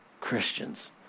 Christians